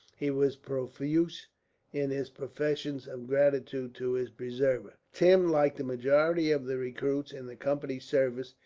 he was profuse in his professions of gratitude to his preserver. tim, like the majority of the recruits in the company's service,